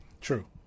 True